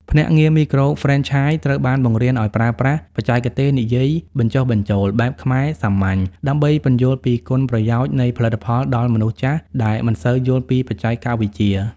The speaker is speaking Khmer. ភ្នាក់ងារមីក្រូហ្វ្រេនឆាយត្រូវបានបង្រៀនឱ្យប្រើប្រាស់ "បច្ចេកទេសនិយាយបញ្ចុះបញ្ចូល" បែបខ្មែរសាមញ្ញៗ ដើម្បីពន្យល់ពីគុណប្រយោជន៍នៃផលិតផលដល់មនុស្សចាស់ដែលមិនសូវយល់ពីបច្ចេកវិទ្យា។